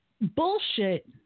bullshit